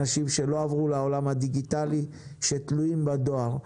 אנשים שלא עברו לעולם הדיגיטלי שתלויים בדואר.